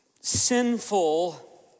sinful